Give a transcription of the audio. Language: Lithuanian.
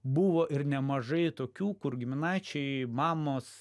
buvo ir nemažai tokių kur giminaičiai mamos